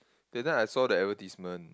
that time I saw the advertisement